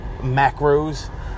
macros